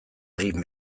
egin